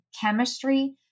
chemistry